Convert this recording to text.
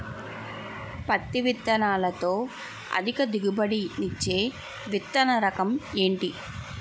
పత్తి విత్తనాలతో అధిక దిగుబడి నిచ్చే విత్తన రకం ఏంటి?